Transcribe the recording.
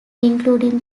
including